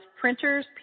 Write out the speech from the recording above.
printer's